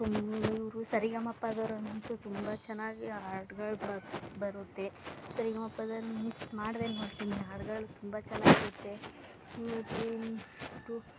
ತುಮ್ ಇವರು ಸರಿಗಮಪದವರಂತೂ ತುಂಬ ಚೆನ್ನಾಗಿ ಹಾಡ್ಗಳ್ ಬರ್ ಬರುತ್ತೆ ಸರಿಗಮಪದನ ಮಿಸ್ ಮಾಡದೆ ನೋಡ್ತೀನಿ ಹಾಡ್ಗಳು ತುಂಬ ಚೆನ್ನಾಗಿರುತ್ತೆ